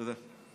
תודה.